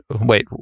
wait